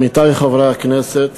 עמיתי חברי הכנסת,